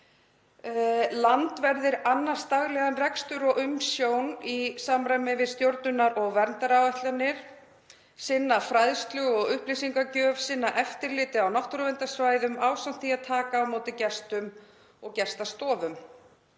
Landverðir annast daglegan rekstur og umsjón í samræmi við stjórnunar- og verndaráætlanir, sinna fræðslu og upplýsingagjöf, sinna eftirliti á náttúruverndarsvæðum ásamt því að taka á móti gestum í gestastofum.